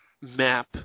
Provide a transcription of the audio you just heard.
map